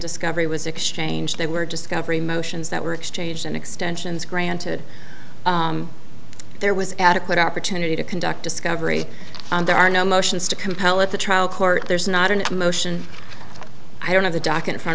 discovery was exchanged they were discovery motions that were exchanged and extensions granted there was adequate opportunity to conduct discovery and there are no motions to compel at the trial court there's not an emotion i don't have the docket